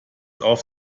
auf